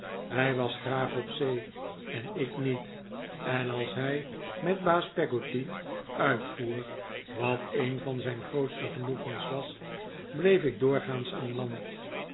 hij was graag op zee en ik niet en als hij met baas peggotty uitvoer wat een van zijn grootste genoegeils was bleef ik doorgaans aan land